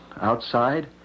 outside